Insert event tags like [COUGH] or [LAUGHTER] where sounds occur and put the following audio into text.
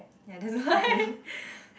ya that's why [LAUGHS]